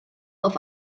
auf